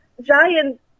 giant